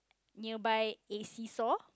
nearby a see saw